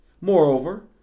Moreover